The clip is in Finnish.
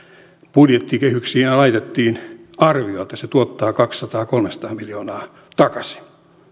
budjettikehyksiin laitettiin arvio että se tuottaa kaksisataa viiva kolmesataa miljoonaa takaisin